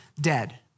dead